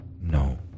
No